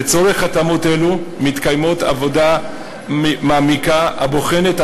לצורך התאמות אלו מתקיימת עבודה מעמיקה הבוחנת את